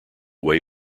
way